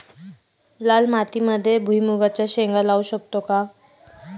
लाल मातीमध्ये भुईमुगाच्या शेंगा लावू शकतो का?